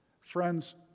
Friends